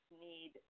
need